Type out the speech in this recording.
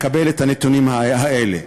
מקבל את הנתונים האלה: